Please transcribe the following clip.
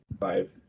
five